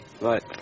Right